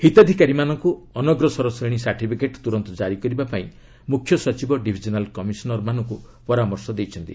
ହିତାଧିକାରୀମାନଙ୍କୁ ଅନଗ୍ରଶ୍ରେଣୀ ସାର୍ଟିଫିକେଟ ତୁରନ୍ତ କାରି କରିବା ପାଇଁ ମୁଖ୍ୟସଚିବ ଡିଭିଜନାଲ କମିଶନରମାନଙ୍କୁ ପରାମର୍ଶ ଦେଇଛନ୍ତି